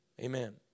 Amen